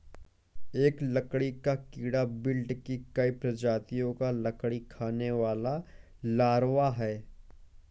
एक लकड़ी का कीड़ा बीटल की कई प्रजातियों का लकड़ी खाने वाला लार्वा है